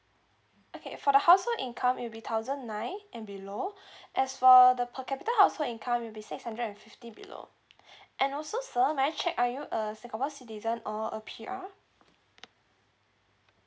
okay for the household income it will be thousand night and below as for the per capita household income will be six hundred and fifty below and also sir may I check are you a singapore citizen or a P_R